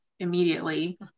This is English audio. immediately